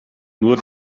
nur